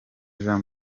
jean